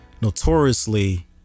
notoriously